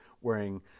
wearing